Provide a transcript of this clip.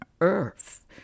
Earth